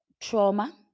trauma